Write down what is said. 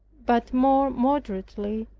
but more moderately,